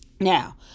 Now